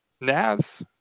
Naz